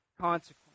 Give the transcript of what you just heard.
consequence